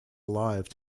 alive